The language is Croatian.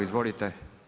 Izvolite.